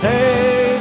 Hey